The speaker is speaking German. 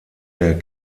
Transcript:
der